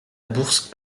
bourse